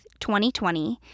2020